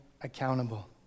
accountable